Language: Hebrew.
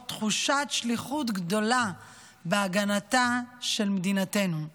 תחושת שליחות גדולה בהגנתה של מדינתנו.